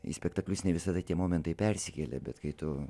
į spektaklius ne visada tie momentai persikelia bet kai tu